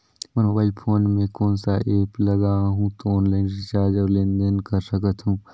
मोर mobile phone मे कोन सा एप्प लगा हूं तो ऑनलाइन रिचार्ज और लेन देन कर सकत हू?